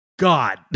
God